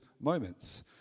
moments